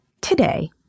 today